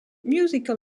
musical